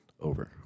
Over